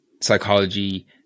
psychology